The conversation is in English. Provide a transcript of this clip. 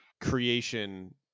creation